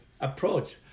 approach